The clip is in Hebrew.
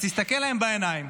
אז תסתכל להם בעיניים